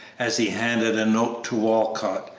as he handed a note to walcott,